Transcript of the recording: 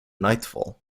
nightfall